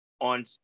On